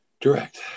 direct